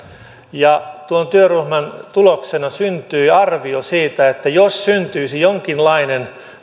tuon työryhmän tuloksena syntyi arvio siitä että jos syntyisi jonkinlainen